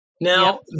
Now